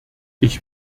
ich